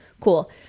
cool